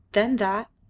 then that,